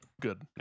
good